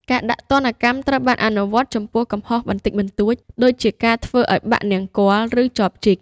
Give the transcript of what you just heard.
ការដាក់ទណ្ឌកម្មត្រូវបានអនុវត្តចំពោះកំហុសបន្តិចបន្តួច ដូចជាការធ្វើឱ្យបាក់នង្គ័ល ឬចបជីក។